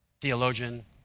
theologian